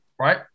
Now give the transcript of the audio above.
right